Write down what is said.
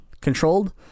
controlled